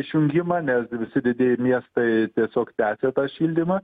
išjungimą nes visi didieji miestai tiesiog tęsia tą šildymą